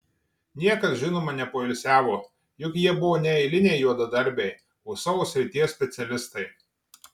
niekas žinoma nepoilsiavo juk jie buvo ne eiliniai juodadarbiai o savo srities specialistai